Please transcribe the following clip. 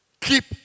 Keep